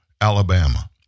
Alabama